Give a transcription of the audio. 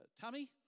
Tammy